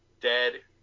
Dead